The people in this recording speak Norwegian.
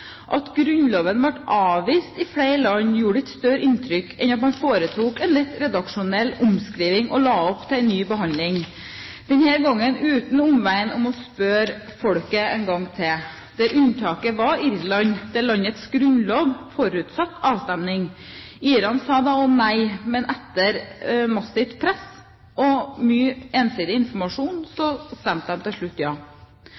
At grunnloven ble avvist i flere land, gjorde ikke større inntrykk enn at man foretok en lett redaksjonell omskriving og la opp til en ny behandling, denne gangen uten omveien om å spørre folket en gang til – der unntaket var Irland, der landets grunnlov forutsatte avstemning. Irene sa da også nei, men etter massivt press og mye ensidig informasjon stemte de til slutt ja.